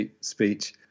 speech